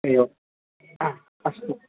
एवं हा अस्तु